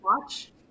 watch